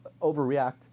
overreact